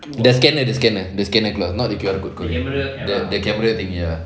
the scanner the scanner the scanner keluar not the Q_R code the camera thingy ya